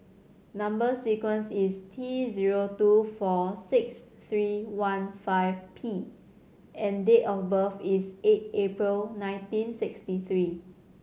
number sequence is T zero two four six three one five P and date of birth is eight April nineteen sixty three